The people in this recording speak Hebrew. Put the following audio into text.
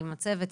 עם הצוות,